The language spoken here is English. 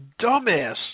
dumbass